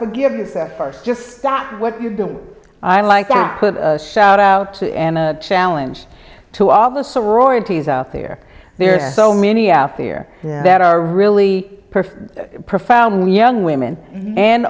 forgive yourself first just that what you do i like i put a shout out to ana challenge to all the sororities out there there are so many out there that are really profound young women and